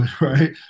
right